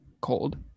cold